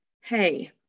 hey